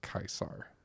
Caesar